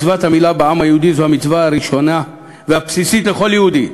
מצוות המילה בעם היהודי זו המצווה הראשונה והבסיסית לכל יהודי,